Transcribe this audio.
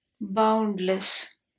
boundless